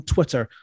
Twitter